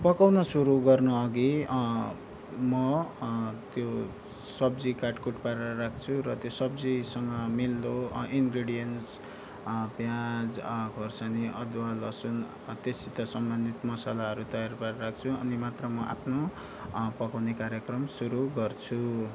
पकाउन सुरु गर्नुअघि म त्यो सब्जी काटकुट पारेर राख्छु र त्यो सब्जीसँग मिल्दो इन्ग्रेडिएन्ट्स प्याज खोर्सानी अदुवा लसुन त्योसित सम्बन्धित मसलाहरू तयार पारेर राख्छु अनि मात्र म आफ्नो पकाउने कार्यक्रम सुरु गर्छु